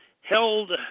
held